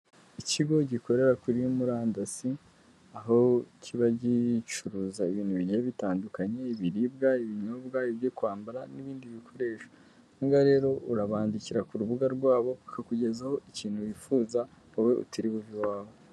Ikigo gikorera kuri murandasi, aho kiba gicuruza ibintu bigiye bitandukanye: ibiribwa, ibinyobwa, ibyo kwambara, n'ibindi bikoresho. Aha ngaha rero urabandikira ku rubuga rwabo bakakugezaho ikintu wifuza, wowe utiriwe uva iwawe.